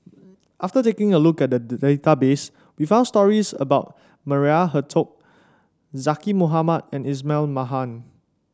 after taking a look at the database we found stories about Maria Hertogh Zaqy Mohamad and Ismail Marjan